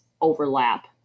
overlap